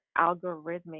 algorithmic